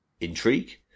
intrigue